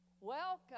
Welcome